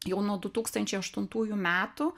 jau nuo du tūkstančiai aštuntųjų metų